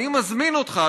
אני מזמין אותך,